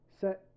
Set